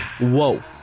Whoa